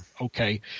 Okay